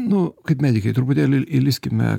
nu kaip medikai truputėlį įlįskime